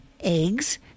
eggs